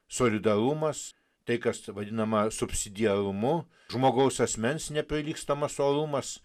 solidarumas tai kas vadinama subsidiarumu žmogaus asmens neprilygstamas uolumas